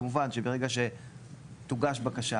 כמובן שברגע שתוגש בקשה,